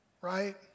right